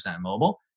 mobile